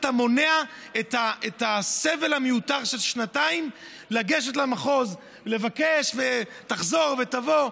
אתה מונע את הסבל המיותר של שנתיים לגשת למחוז ולבקש ותחזור ותבוא,